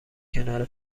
کنار